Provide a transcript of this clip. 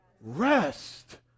Rest